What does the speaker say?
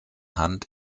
hand